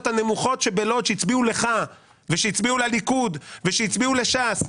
הנמוכות בלוד שהצביעו לך ולליכוד ולש"ס,